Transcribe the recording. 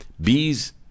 bees